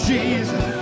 Jesus